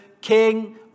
king